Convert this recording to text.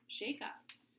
shakeups